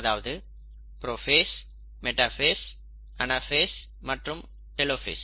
அதாவது prophase metaphase anaphase மற்றும் telophase